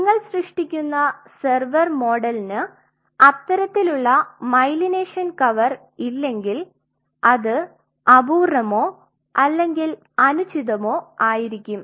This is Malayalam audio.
നിങ്ങൾ സൃഷ്ടിക്കുന്ന സെർവർ മോഡലിന് അത്തരത്തിലുള്ള മൈലിനേഷൻ കവർ ഇല്ലെങ്കിൽ അത് അപൂർണ്ണമോ അല്ലെങ്കിൽ അനുചിതമോ ആയിരിക്കും